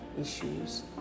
issues